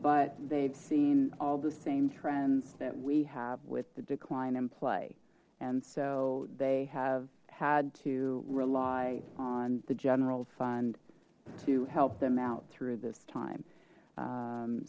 but they've seen all the same trends that we have with the decline in play and so they have had to rely on the general fund to help them out through this time